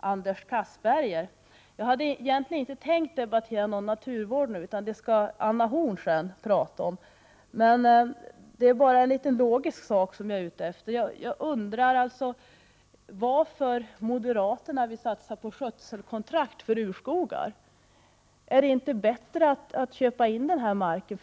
Anders Castberger. Jag hade egentligen inte tänkt debattera naturvården nu. Det skall Anna Horn af Rantzien tala om senare. Men jag är ute efter en logisk detalj. Jag undrar varför moderaterna vill satsa på skötselkontrakt för urskogar. Är det inte bättre att köpa in marken?